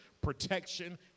protection